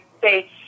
say